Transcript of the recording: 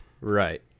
Right